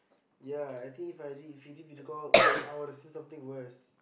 ya I think If I did video video call I would've seen something worse